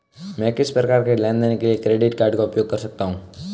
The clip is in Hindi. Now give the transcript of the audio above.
मैं किस प्रकार के लेनदेन के लिए क्रेडिट कार्ड का उपयोग कर सकता हूं?